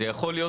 זה יכול להיות,